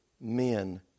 men